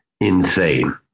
insane